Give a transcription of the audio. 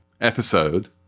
episode